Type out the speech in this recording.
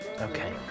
Okay